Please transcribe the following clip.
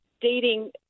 dating